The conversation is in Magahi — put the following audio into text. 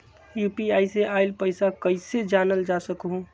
यू.पी.आई से आईल पैसा कईसे जानल जा सकहु?